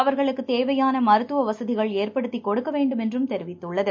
அவர்களுக்கு தேவையான மருத்துவ வசதிகள் ஏற்படுத்திக் கொடுக்க வேண்டுமென்றும் தெரிவித்துள்ளது